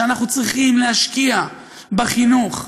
שאנחנו צריכים להשקיע בחינוך,